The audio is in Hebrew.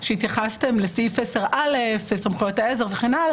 כשהתייחסתם לסעיף 10א וסמכויות העזר וכו',